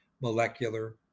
molecular